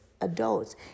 adults